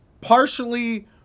partially